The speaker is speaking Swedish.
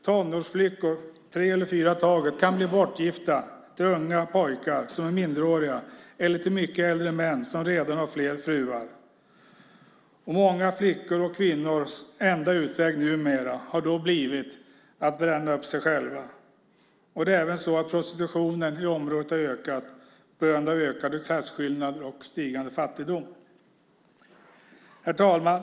Tonårsflickor, tre eller fyra i taget, kan bli bortgifta med unga pojkar som är minderåriga eller med mycket äldre män som redan har flera fruar. Många flickors och kvinnors enda utväg numera har blivit att bränna upp sig själva. Det är även så att prostitutionen i området har ökat på grund av ökade klasskillnader och stigande fattigdom. Herr talman!